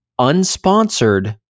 unsponsored